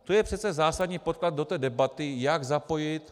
To je přece zásadní podklad do té debaty, jak zapojit...